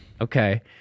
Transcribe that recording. Okay